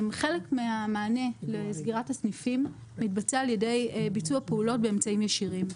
חלק מהמענה לסגירת הסניפים מתבצע על ידי ביצוע פעולות באמצעים ישירים.